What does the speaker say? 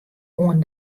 oan